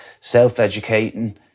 self-educating